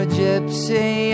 gypsy